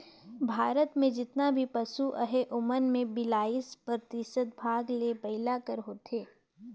भारत में जेतना भी पसु अहें ओमन में बियालीस परतिसत भाग हर बइला कर होथे